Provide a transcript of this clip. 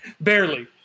Barely